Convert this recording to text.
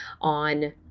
on